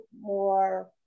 more